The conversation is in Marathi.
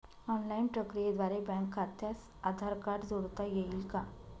ऑनलाईन प्रक्रियेद्वारे बँक खात्यास आधार कार्ड जोडता येईल का?